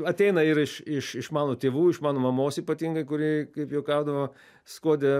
ateina ir iš iš iš mano tėvų iš mano mamos ypatingai kuri kaip juokaudavo skuode